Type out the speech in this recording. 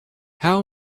how